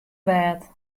bêd